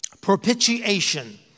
propitiation